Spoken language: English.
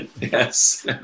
Yes